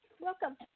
Welcome